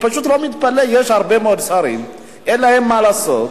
יש הרבה מאוד שרים שאין להם מה לעשות,